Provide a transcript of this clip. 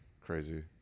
Crazy